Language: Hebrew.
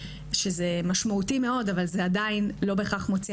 שזה משמעותי מאוד אבל זה עדיין לא בהכרח מוציא